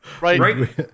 Right